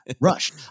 Rush